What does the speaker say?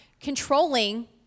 controlling